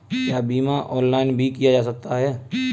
क्या बीमा ऑनलाइन भी किया जा सकता है?